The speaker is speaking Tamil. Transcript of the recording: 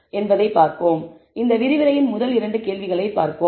எனவே இந்த விரிவுரையின் முதல் இரண்டு கேள்விகளைப் பார்ப்போம்